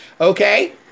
Okay